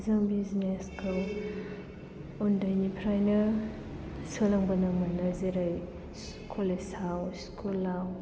जों बिजनेस खौ उन्दैनिफ्रायनो सोलोंबोनो मोनो जेरै कलेज आव स्कुल आव